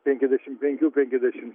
penkiasdešim penkių penkiasdešim